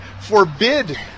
forbid